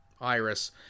Iris